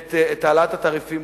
את העלאת התעריפים,